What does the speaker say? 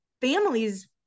families